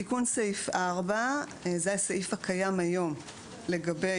תיקון סעיף 4 שהוא הסעיף הקיים היום לגבי